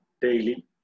daily